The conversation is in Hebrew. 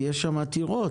יהיו שם עתירות.